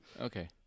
Okay